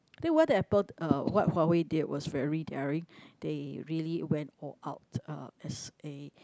then what the Apple uh what Huawei did was very daring they really went all out uh as a